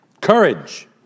Courage